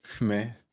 Man